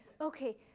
Okay